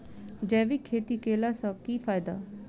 जैविक खेती केला सऽ की फायदा?